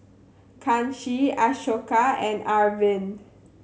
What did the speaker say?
Kanshi Ashoka and Arvind